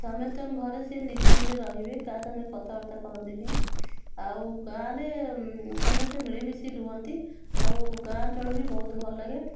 ସମସ୍ତଙ୍କ ଘରେ ସିଏ ନିଜେ ନିଜେ ରହିବେ କାହା ସଙ୍ଗେ କଥାବାର୍ତ୍ତା କରନ୍ତିନି ଆଉ ଗାଁରେ ସମସ୍ତେ ମିଳିମିଶି ରୁହନ୍ତି ଆଉ ଗାଁ ଚଳଣି ବହୁତ ଭଲ ଲାଗେ